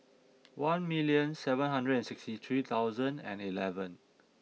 one million seven hundred and sixty three thousand and eleven